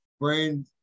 brain